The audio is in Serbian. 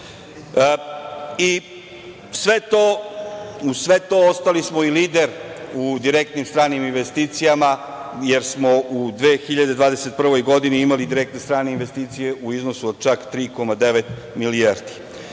sve to, ostali smo i lider u direktnim stranim investicijama, jer smo u 2021. godini imali direktne strane investicije u iznosu od čak 3,9 milijardi.